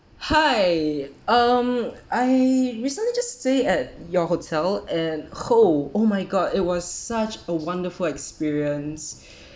hi um I recently just stay at your hotel and !whoa! oh my god it was such a wonderful experience